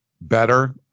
better